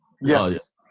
Yes